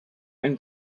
and